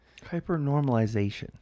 Hypernormalization